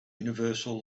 universal